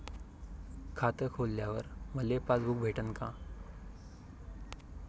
खातं खोलल्यावर मले पासबुक भेटन का?